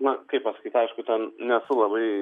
na kaip pasakyt aišku ten nesu labai